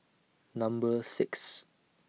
Number six